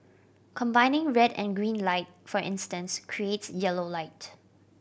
combining red and green light for instance creates yellow light